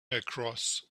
across